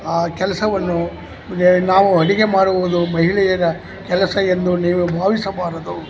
ಆ ಕೆಲ್ಸವನ್ನು ನಾವು ಅಡುಗೆ ಮಾಡುವುದು ಮಹಿಳೆಯರ ಕೆಲಸ ಎಂದು ನೀವು ಭಾವಿಸಬಾರದು